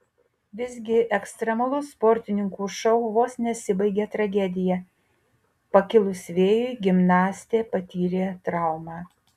visgi ekstremalus sportininkų šou vos nesibaigė tragedija pakilus vėjui gimnastė patyrė traumą